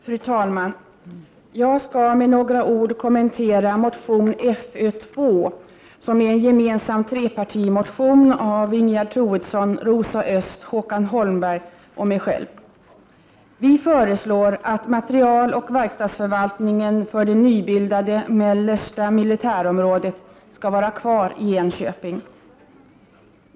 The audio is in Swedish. Fru talman! Jag skall med några ord kommentera motion Fö2, som är en gemensam trepartimotion av Ingegerd Troedsson, Rosa Östh, Håkan Holmberg och mig själv. Vi föreslår att materieloch verkstadsförvaltningen för det nybildade Mellersta militärområdet skall vara kvar i Enköping.